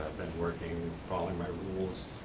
been working, following my rules.